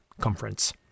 conference